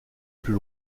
plus